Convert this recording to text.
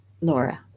Laura